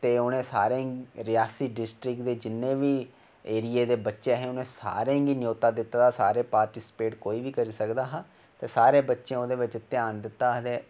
ते उनें सारें गी रियासी ड़िस्ट्रिकट च किन्ने बी एरिये दे बच्चे हे उनें सारें गी न्यौता दित्ते दा उनें सारें ई पाटीस्पेट कोई बी करी सकदा हा ते सारे बच्चें ओह्दे बिच्च ध्यान दिता हा ते